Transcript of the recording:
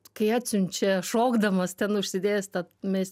kai atsiunčia šokdamas ten užsidėjęs tą mes